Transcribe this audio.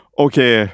okay